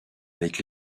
avec